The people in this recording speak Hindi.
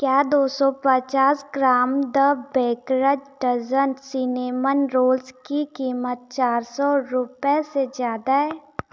क्या दो सौ पचास gram the baker's dozen cinnamon rolls की कीमत चार सौ रुपये से ज़्यादा है